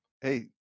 Hey